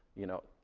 you know,